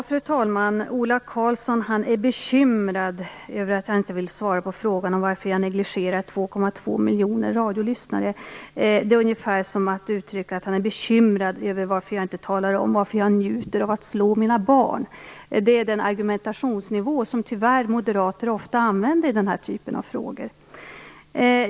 Fru talman! Ola Karlsson är bekymrad över att jag inte ville svara på frågan varför jag negligerar 2,2 miljoner radiolyssnare. Det är ungefär som att säga att han är bekymrad över att jag inte talar om varför jag njuter av att slå mina barn. Det är den argumentationsnivå som moderater tyvärr ofta använder i den här typen av frågor.